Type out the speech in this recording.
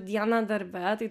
dieną darbe tai